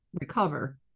recover